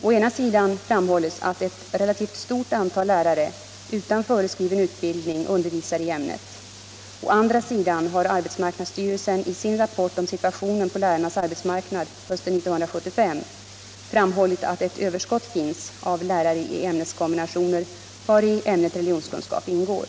Å ena sidan framhålles att ett relativt stort antal lärare utan föreskriven utbildning undervisar i ämnet. Å andra sidan har arbetsmarknadsstyrelsen i sin rapport om situationen på lärarnas arbetsmarknad hösten 1975 framhållit att ett överskott finns av lärare i ämneskombinationer vari ämnet religionskunskap ingår.